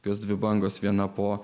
kas dvi bangos viena po